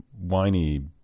whiny